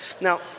Now